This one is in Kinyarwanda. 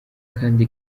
kandi